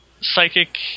psychic